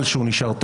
חבל שהוא תיאורטי.